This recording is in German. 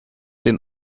den